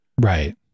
Right